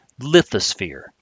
lithosphere